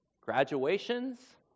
graduations